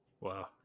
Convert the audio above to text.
Wow